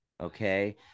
Okay